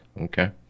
Okay